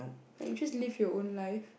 like you just live your own life